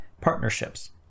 partnerships